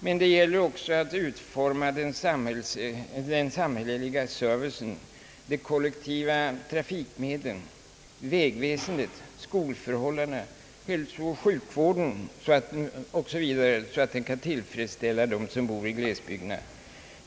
Men det gäller också att utforma den samhälleliga servicen, de kollektiva trafikmedlen, vägväsendet, skolförhållandena, hälsooch sjukvården osv. så att de som bor i glesbygderna kan tillfredsställas.